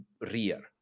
rear